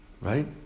right